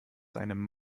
seinem